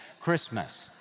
Christmas